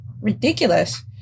ridiculous